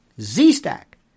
Z-Stack